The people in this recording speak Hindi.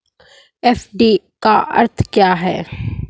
एफ.डी का अर्थ क्या है?